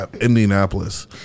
Indianapolis